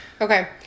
Okay